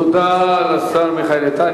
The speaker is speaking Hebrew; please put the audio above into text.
תודה לשר מיכאל איתן.